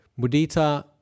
mudita